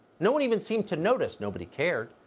no one even seemed to notice, nobody cared.